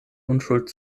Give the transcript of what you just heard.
unschuld